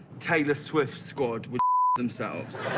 taylor swift's squad would themselves.